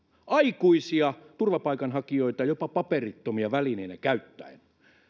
aikuisia turvapaikanhakijoita jopa paperittomia välineenä käyttäen